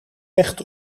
echt